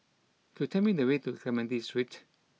could tell me the way to Clementi Street